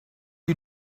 you